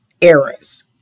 eras